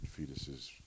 fetuses